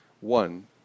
one